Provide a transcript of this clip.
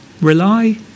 rely